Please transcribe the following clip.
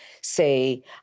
say